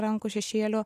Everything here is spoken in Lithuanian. rankų šešėlių